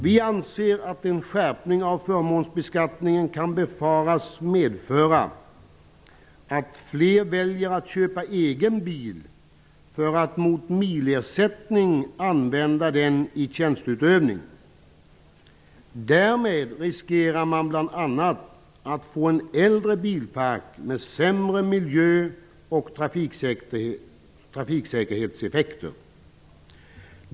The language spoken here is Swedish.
Vi anser att en skärpning av förmånsbeskattningen kan befaras medföra att allt fler väljer att köpa en egen bil för att mot milersättning använda den i tjänsteutövning. Därmed riskerar man bl.a. att få en äldre bilpark med sämre miljö och trafiksäkerhetseffekter.